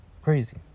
crazy